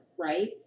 right